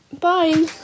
Bye